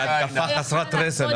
בהתקפה חסרת רסן.